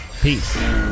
Peace